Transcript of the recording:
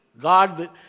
God